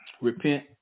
Repent